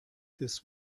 this